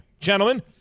gentlemen